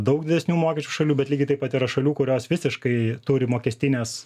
daug didesnių mokesčių šalių bet lygiai taip pat yra šalių kurios visiškai turi mokestines